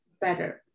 better